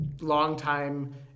longtime